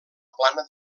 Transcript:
plana